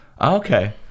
Okay